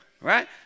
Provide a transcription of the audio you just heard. Right